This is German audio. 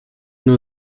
nur